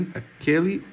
aquele